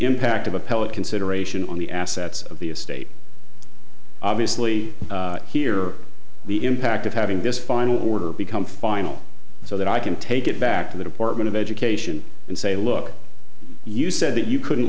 impact of appellate consideration on the assets of the estate obviously here the impact of having this final order become final so that i can take it back to the department of education and say look you said that you couldn't